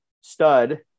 stud